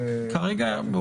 כרגע אנחנו